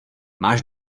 máš